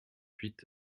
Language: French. huit